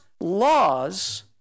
laws